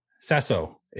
sasso